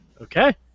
Okay